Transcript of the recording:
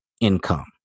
income